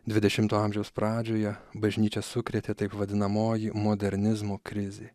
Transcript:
dvidešimto amžiaus pradžioje bažnyčią sukrėtė taip vadinamoji modernizmo krizė